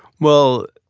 well,